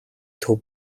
төв